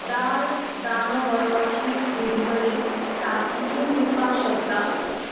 दाळ दाणोगोटोची डिलिव्हरी ताकतिकेन दिवपाक शकता